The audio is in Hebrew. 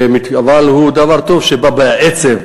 אבל הוא דבר טוב שבא בעצב,